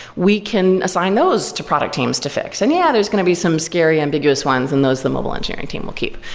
we can assign those to product teams to fix. and yeah, there's going to be some scary, ambiguous ones and those the mobile engineering team will keep.